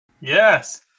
yes